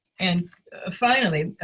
and finally,